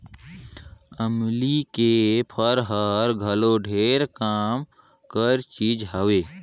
अमली के फर हर घलो ढेरे काम कर चीज हवे